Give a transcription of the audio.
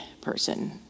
person